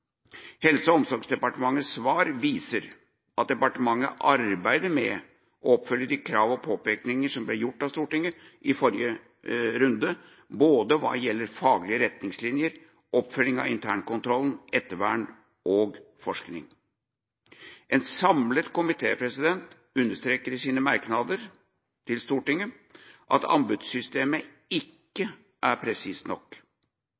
Helse- og omsorgsdepartementets svar viser at departementet arbeider med å oppfylle de krav og påpekninger som ble gjort av Stortinget i forrige runde, hva gjelder både faglige retningslinjer, oppfølging av internkontroll, ettervern og forskning. En samlet komité understreker i sine merknader til Stortinget at anbudssystemet ikke er presist nok,